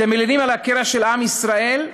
אתם מלינים על הקרע בעם ישראל?